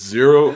Zero